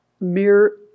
mere